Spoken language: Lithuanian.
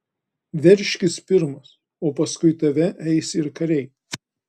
veržkis pirmas o paskui tave eis ir kariai